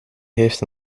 heeft